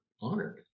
honored